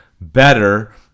better